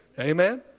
Amen